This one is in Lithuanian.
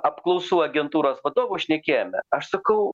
apklausų agentūros vadovu šnekėjome aš sakau